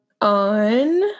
on